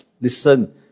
Listen